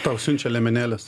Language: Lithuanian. tau siunčia liemenėles